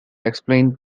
explained